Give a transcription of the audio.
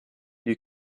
you